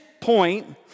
point